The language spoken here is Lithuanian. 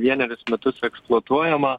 vienerius metus eksploatuojama